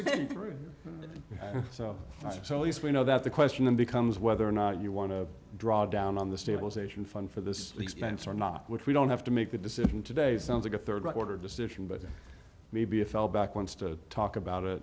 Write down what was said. so least we know that the question then becomes whether or not you want to draw down on the stabilization fund for this expense or not which we don't have to make a decision today it sounds like a rd order decision but maybe a fell back wants to talk about it